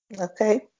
Okay